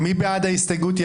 מי בעד ההסתייגות?